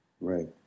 Right